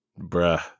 Bruh